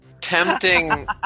tempting